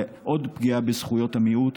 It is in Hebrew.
עוד פגיעה בזכויות המיעוט,